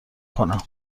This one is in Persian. کنم